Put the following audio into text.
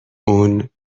اون